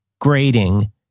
grading